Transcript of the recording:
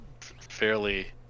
fairly